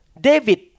David